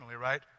right